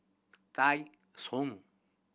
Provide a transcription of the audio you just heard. Tai Sun